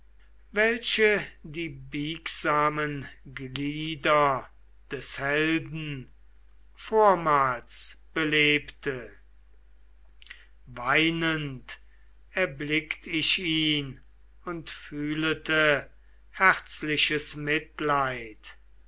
welche die biegsamen glieder des helden vormals belebte weinend erblickt ich ihn und fühlete herzliches mitleid